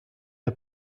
der